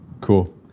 Cool